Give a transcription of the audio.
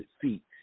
feet